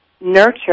nurture